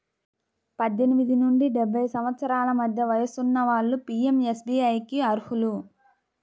పద్దెనిమిది నుండి డెబ్బై సంవత్సరాల మధ్య వయసున్న వాళ్ళు పీయంఎస్బీఐకి అర్హులు